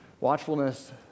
Watchfulness